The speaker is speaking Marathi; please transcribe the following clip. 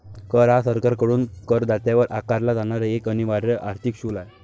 कर हा सरकारकडून करदात्यावर आकारला जाणारा एक अनिवार्य आर्थिक शुल्क आहे